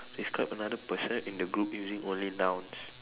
describe another person in the group using only nouns